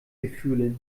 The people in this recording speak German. gefühle